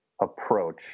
approach